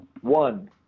One